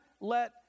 let